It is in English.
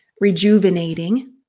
rejuvenating